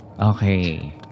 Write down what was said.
Okay